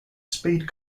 speed